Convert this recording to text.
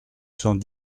cent